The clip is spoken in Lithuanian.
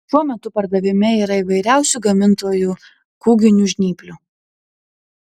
šiuo metu pardavime yra įvairiausių gamintojų kūginių žnyplių